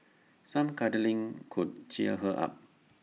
some cuddling could cheer her up